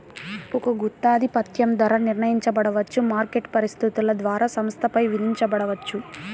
ఒక గుత్తాధిపత్యం ధర నిర్ణయించబడవచ్చు, మార్కెట్ పరిస్థితుల ద్వారా సంస్థపై విధించబడవచ్చు